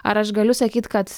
ar aš galiu sakyt kad